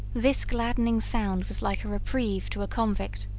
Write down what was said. this gladdening sound was like a reprieve to a convict,